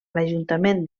l’ajuntament